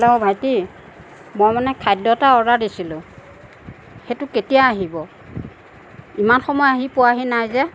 hello ভাইটি মই মানে খাদ্য এটা অৰ্ডাৰ দিছিলোঁ সেইটো কেতিয়া আহিব ইমান সময় আহি পোৱাহি নাই যে